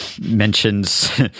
mentions